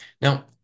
Now